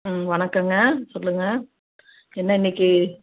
ம் வணக்கங்க சொல்லுங்க என்ன இன்றைக்கி